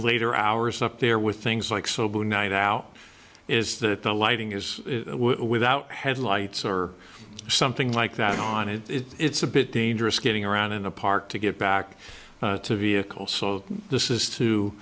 later hours up there with things like sober night out is that the lighting is without headlights or something like that on it it's a bit dangerous getting around in a park to get back to a vehicle so this is to